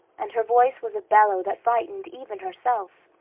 and her voice was a bellow that frightened even herself.